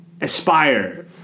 Aspire